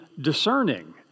discerning